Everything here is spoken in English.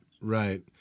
Right